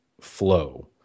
flow